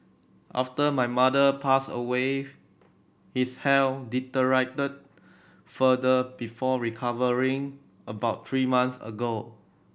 after my mother passed away his health deteriorated further before recovering about three months ago